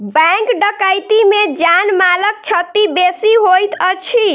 bank डकैती मे जान मालक क्षति बेसी होइत अछि